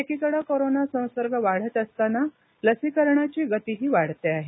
एकिकडे corona संसर्ग वाढत असताना लसीकरणाची गतीही वाढते आहे